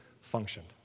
functioned